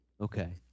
Okay